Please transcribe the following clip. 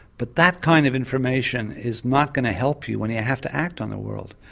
but that kind of information is not going to help you when you have to act on the world,